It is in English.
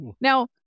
Now